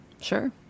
Sure